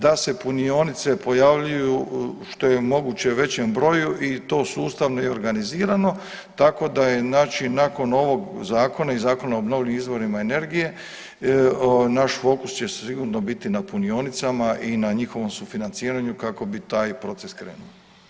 Da se punionice pojavljuju što je moguće u većem broju i to sustavno i organizirano tako da je znači nakon ovog zakona i Zakona o obnovljivim izvorima energije naš fokus će sigurno biti na punionicama i na njihovom sufinanciranju kako bi taj proces krenuo.